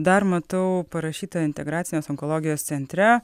dar matau parašyta integracinės onkologijos centre